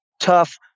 tough